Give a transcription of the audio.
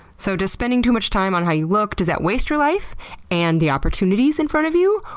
so does spending too much time on how you look, does that waste your life and the opportunities in front of you?